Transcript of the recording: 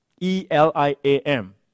E-L-I-A-M